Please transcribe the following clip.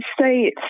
say